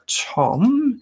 Tom